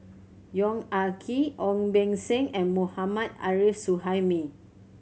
Yong Ah Kee Ong Beng Seng and Mohammad Arif Suhaimi